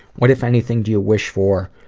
what, if anything, do you wish for?